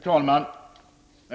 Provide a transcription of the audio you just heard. Herr talman!